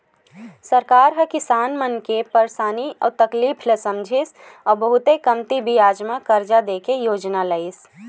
सरकार ह किसान मन के परसानी अउ तकलीफ ल समझिस अउ बहुते कमती बियाज म करजा दे के योजना लइस